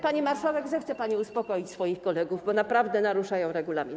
Pani marszałek, zechce pani uspokoić swoich kolegów, bo naprawdę naruszają regulamin.